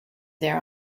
there